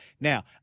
Now